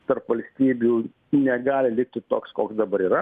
tarp valstybių negali likti toks koks dabar yra